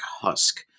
husk